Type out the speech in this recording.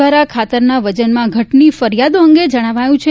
દ્વારા ખાતરના વજનમાં ઘટની ફરીયાદો અંગે જણાવાયું છે